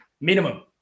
minimum